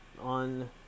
on